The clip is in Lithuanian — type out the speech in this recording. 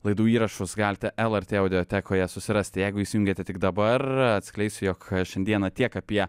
laidų įrašus galite lrt audiotekoje susirasti jeigu įsijungėte tik dabar atskleisiu jog šiandieną tiek apie